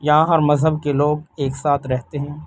یہاں ہر مذہب کے لوگ ایک ساتھ رہتے ہیں